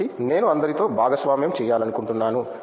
కాబట్టి నేను అందరితో భాగస్వామ్యం చేయాలనుకుంటున్నాను